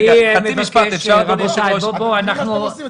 רבותיי, אני מבקש --- אתה מבין מה אתם עושים?